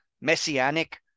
messianic